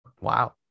wow